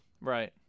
Right